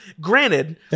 Granted